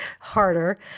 harder